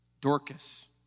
Dorcas